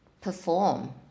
perform